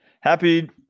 happy